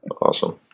Awesome